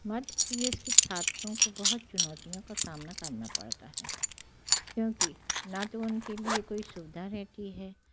मध्य प्रदेश के छात्रों को बहुत चुनौतियों का सामना करना पड़ता है क्योंकि ना तो उनके लिए कोई सुविधा रहती है